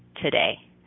today